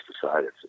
decided